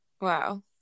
wow